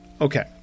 Okay